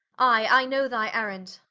i i know thy errand,